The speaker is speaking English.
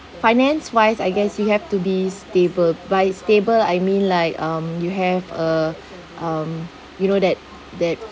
finance wise I guess you have to be stable by stable I mean like um you have a um you know that that